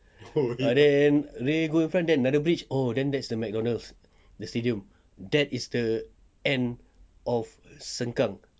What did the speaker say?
the other end then you go in front another bridge oh that's the McDonald's the stadium that is the end of sengkang